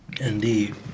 Indeed